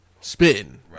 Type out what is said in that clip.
spitting